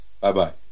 Bye-bye